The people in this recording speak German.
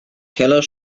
keller